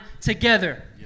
together